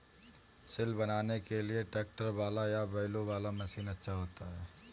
सिल बनाने के लिए ट्रैक्टर वाला या बैलों वाला मशीन अच्छा होता है?